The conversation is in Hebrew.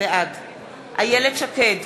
בעד איילת שקד,